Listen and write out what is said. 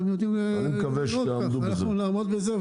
יודעים --- אני מקווה שתעמדו בזה.